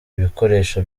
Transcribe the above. ibikoresho